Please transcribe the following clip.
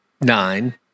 nine